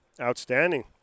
Outstanding